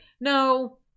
no